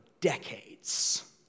decades